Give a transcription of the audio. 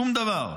שום דבר.